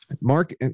Mark